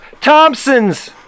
Thompsons